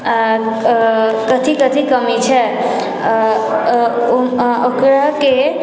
कथि कथि कमी छै ओकराके